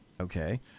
Okay